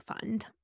fund